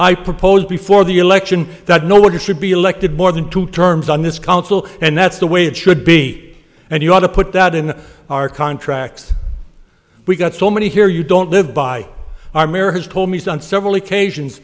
i proposed before the election that no one should be elected more than two terms on this council and that's the way it should be and you ought to put that in our contracts we got so many here you don't live by our mayor has told me on several occasions